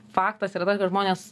faktas yra tas kad žmonės